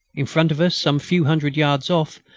in front of us, some few hundred yards off,